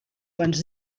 quants